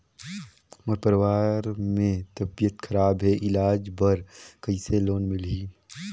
मोर परवार मे तबियत खराब हे इलाज बर कइसे लोन मिलही?